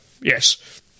Yes